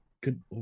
Good